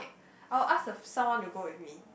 I'll ask someone to go with me